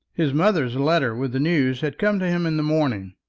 his mother's letter with the news had come to him in the morning,